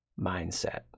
mindset